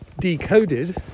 decoded